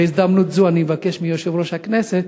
בהזדמנות זו אני מבקש מיושב-ראש הכנסת